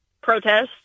protests